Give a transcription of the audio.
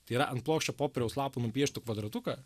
tai yra ant plokščio popieriaus lapo nupieštų kvadratuką